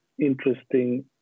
interesting